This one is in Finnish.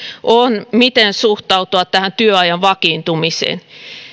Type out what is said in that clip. on miten suhtautua tähän työajan vakiintumiseen